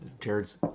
Jared's